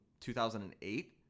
2008